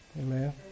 Amen